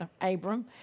Abram